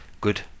good